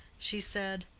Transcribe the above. she said,